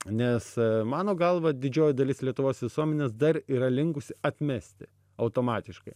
nes mano galva didžioji dalis lietuvos visuomenės dar yra linkusi atmesti automatiškai